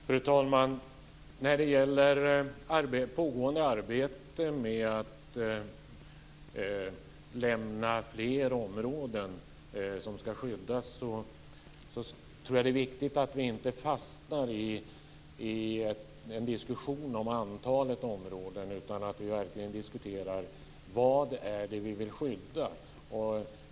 Fru talman! När det gäller pågående arbete med att lämna fler områden som ska skyddas så tror jag att det är viktigt att vi inte fastnar i en diskussion om antalet områden, utan att vi verkligen diskuterar vad det är som vi vill skydda.